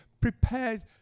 prepared